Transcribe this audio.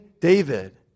David